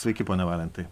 sveiki pone valentai